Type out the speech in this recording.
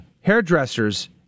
hairdressers